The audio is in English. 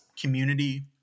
community